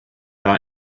our